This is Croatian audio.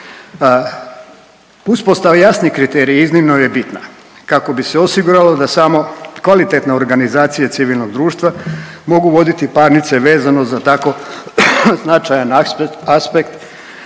Uspostava jasnih kriterija iznimno je bitna kako bi se osigurano da samo kvalitetna organizacija civilnog društva mogu voditi parnice vezano za tako značajan aspekt